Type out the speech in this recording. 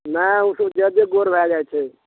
नहि ओसब जादे गोर भए जाइ छै